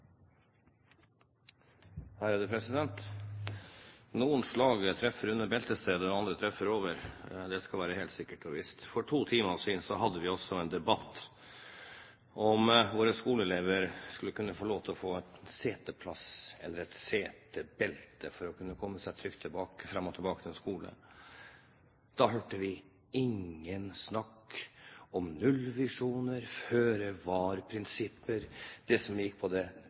Noen slag treffer under beltestedet og andre treffer over. Det skal være sikkert og visst. For to timer siden hadde vi en debatt om våre skoleelever skulle kunne få lov til å få en seteplass, eller et setebelte, for å kunne komme seg trygt fram og tilbake til skolen. Da hørte vi ikke snakk om nullvisjoner og føre-var-prinsipper. Det som går på de sikkerhetsmessige forholdene i trafikken i det